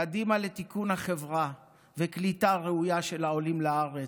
קדימה לתיקון החברה וקליטה ראויה של העולים לארץ,